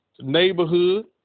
neighborhood